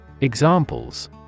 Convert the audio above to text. Examples